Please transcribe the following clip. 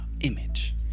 image